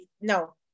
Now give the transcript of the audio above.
No